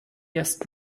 erst